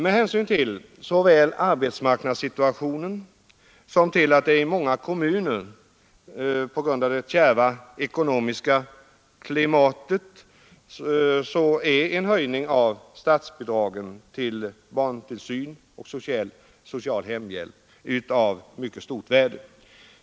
Med hänsyn såväl till arbetsmarknadssituationen som till det i många kommuner kärva ekonomiska klimatet är en höjning av statsbidragen till barntillsyn och social hemhjälp av mycket stort värde.